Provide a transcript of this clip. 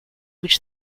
which